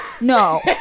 no